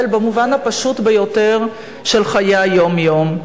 במובן הפשוט ביותר של חיי היום-יום.